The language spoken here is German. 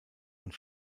und